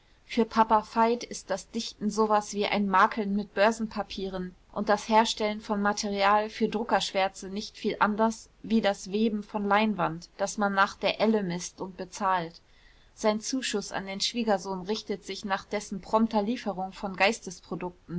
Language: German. für papa veit ist das dichten so was wie ein makeln mit börsenpapieren und das herstellen von material für druckerschwärze nicht viel anders wie das weben von leinwand das man nach der elle mißt und bezahlt sein zuschuß an den schwiegersohn richtet sich nach dessen prompter lieferung von